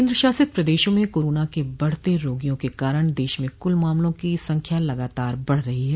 केंद्रशासित प्रदेशों में कोरोना के बढते रोगियों के कारण देश में कुल मामलों की संख्या लगातार बढ रही है